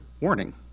warning